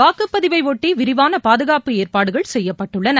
வாக்குப்பதிவைஒட்டி விரிவானபாதுகாப்பு ஏற்பாடுகள் செய்யப்பட்டுள்ளன